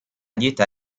dieta